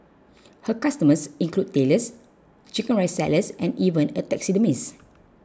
her customers include Tailors Chicken Rice sellers and even a taxidermist